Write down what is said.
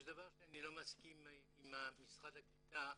יש דבר שאני לא מסכים עם משרד הקליטה,